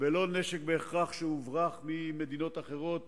ולא בהכרח נשק שהוברח ממדינות אחרות